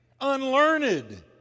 unlearned